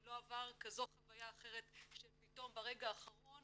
לא עבר חוויה כזו או אחרת של פתאום ברגע האחרון